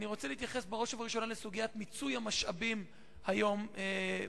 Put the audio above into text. אני רוצה להתייחס בראש ובראשונה לסוגיית מיצוי המשאבים היום במשטרה.